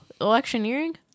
electioneering